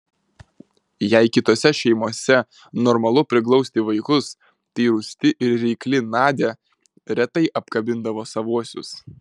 jei kitose šeimose normalu priglausti vaikus tai rūsti ir reikli nadia retai apkabindavo savuosius